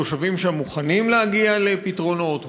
התושבים שם מוכנים להגיע לפתרונות,